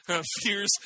fears